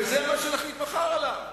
וזה מה שנחליט עליו מחר.